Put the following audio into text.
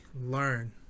learn